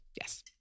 Yes